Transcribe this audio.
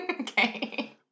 Okay